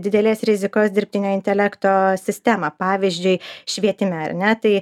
didelės rizikos dirbtinio intelekto sistemą pavyzdžiui švietime ar ne tai